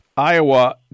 Iowa